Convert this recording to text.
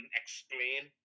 explain